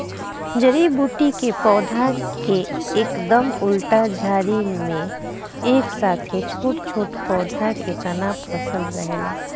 जड़ी बूटी के पौधा के एकदम उल्टा झाड़ी में एक साथे छोट छोट पौधा के तना फसल रहेला